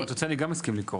אם את רוצה אני גם מסכים לקרוא.